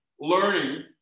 learning